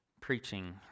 Preaching